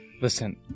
Listen